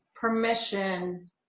permission